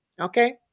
okay